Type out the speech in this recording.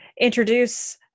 introduce